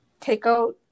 takeout